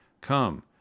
Come